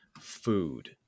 food